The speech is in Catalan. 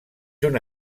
una